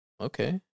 okay